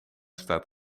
staat